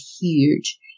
huge